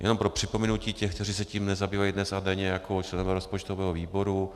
Jenom pro připomenutí těm, kteří se tím nezabývají dnes a denně jako členové rozpočtového výboru.